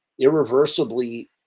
irreversibly